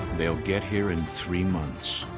they'll get here in three months.